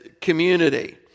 community